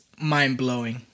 mind-blowing